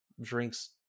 Drinks